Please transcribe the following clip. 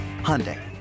Hyundai